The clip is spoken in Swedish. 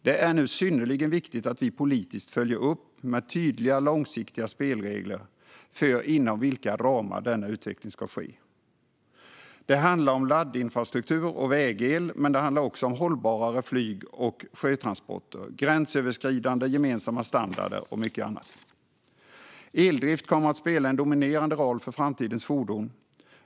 Det är nu synnerligen viktigt att vi politiskt följer upp med tydliga långsiktiga spelregler för inom vilka ramar denna utveckling ska ske. Det handlar om laddinfrastruktur och väg-el, men det handlar också om hållbarare flyg och sjötransporter, gränsöverskridande gemensamma standarder och mycket annat. Eldrift kommer att spela en dominerande roll för framtidens fordon.